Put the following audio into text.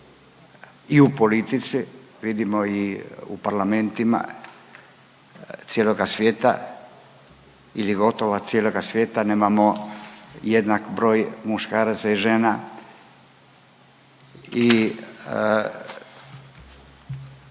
i u politici vidimo i u parlamentima cijeloga svijeta ili gotovo cijeloga svijeta nemamo jednak broj muškaraca i žena.